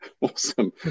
awesome